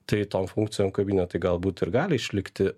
tai tom funkcijom kabinetai galbūt ir gali išlikti